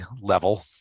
level